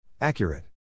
Accurate